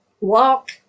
walk